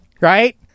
right